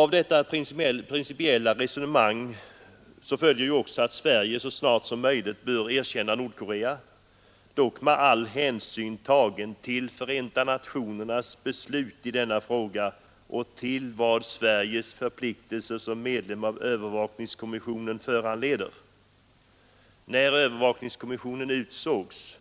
Av detta principiella resonemang följer också att Sverige så snart som möjligt bör erkänna Nordkorea, dock med all hänsyn tagen till Förenta nationernas beslut i denna fråga och till vad Sveriges förpliktelser som medlem av övervakningskommissionen föranleder. När övervakningskommissionen utsågs,